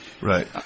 Right